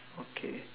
okay